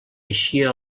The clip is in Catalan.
eixia